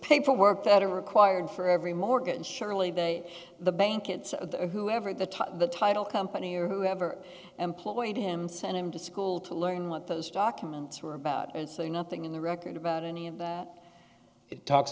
paperwork that are required for every mortgage surely they the bank it's the whoever at the top the title company or whoever employed him send him to school to learn what those documents were about and say nothing in the record about any of that it talks